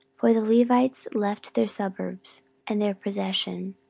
for the levites left their suburbs and their possession,